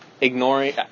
ignoring